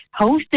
hosted